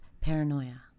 paranoia